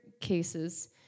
cases